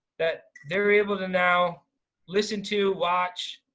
that they're able to now listen to, watch,